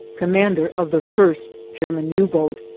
commander of the first german u-boat.